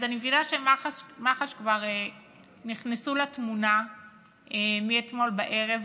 אז אני מבינה שמח"ש כבר נכנסו לתמונה מאתמול בערב,